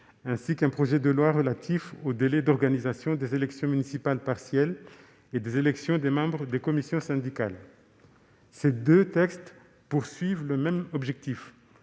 et un projet de loi relatif aux délais d'organisation des élections municipales partielles et des élections des membres des commissions syndicales. Ces deux textes poursuivent le même objectif